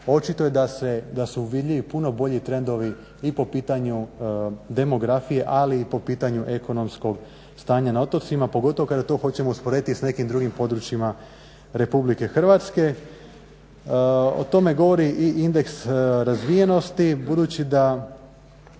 očito je da su vidljivi puno bolji trendovi i po pitanju demografije ali i po pitanju ekonomskog stanja na otocima, pogotovo kada to hoćemo usporediti sa nekim drugim područjima RH. o tome govori i indeks razvijenosti, budući da